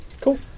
Cool